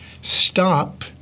stop